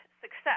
success